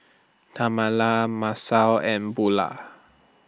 Tamala Masao and Bulah